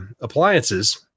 appliances